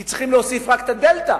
כי צריכים להוסיף רק את הדלתא.